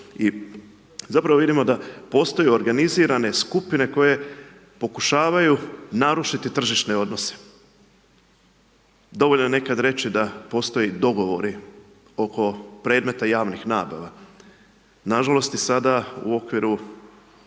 I zapravo vidimo da postoji organizirane skupine koje pokušavaju narušiti tržišne odnose. Dovoljno je nekada reći da postoje dogovori oko predmeta javnih nabava. Nažalost i sada u okviru